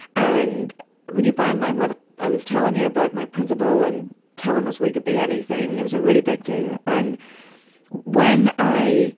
and you bear in mind what i was telling you about my principal and telling us we could be anything, it was a really big deal, and when i